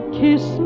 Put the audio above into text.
kiss